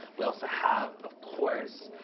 we also have, of course,